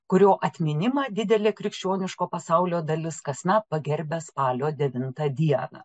kurio atminimą didelė krikščioniško pasaulio dalis kasmet pagerbia spalio devintą dieną